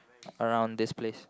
around this place